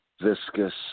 viscous